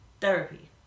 Therapy